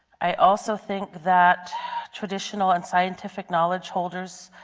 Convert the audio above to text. i also think that traditional and scientific knowledge holders,